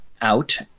out